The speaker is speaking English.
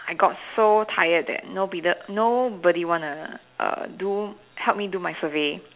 I got so tired that no beetle nobody wanna err do help me do my survey